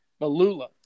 Balula